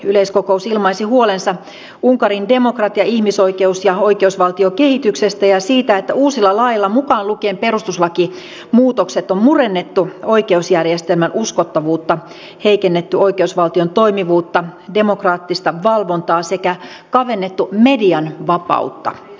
yleiskokous ilmaisi huolensa unkarin demokratia ihmisoikeus ja oikeusvaltiokehityksestä ja siitä että uusilla laeilla mukaan lukien perustuslakimuutokset on murennettu oikeusjärjestelmän uskottavuutta heikennetty oikeusvaltion toimivuutta ja demokraattista valvontaa sekä kavennettu median vapautta